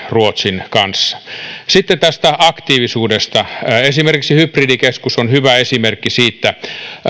ruotsin kanssa sitten tästä aktiivisuudesta esimerkiksi hybridikeskus on hyvä esimerkki siitä